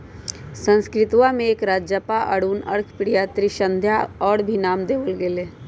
संस्कृतवा में एकरा जपा, अरुण, अर्कप्रिया, त्रिसंध्या और भी नाम देवल गैले है